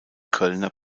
kölner